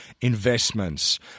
investments